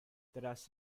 tras